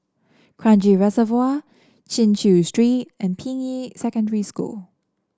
Kranji Reservoir Chin Chew Street and Ping Yi Secondary School